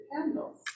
candles